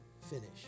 finish